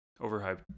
overhyped